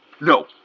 No